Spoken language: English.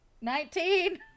Nineteen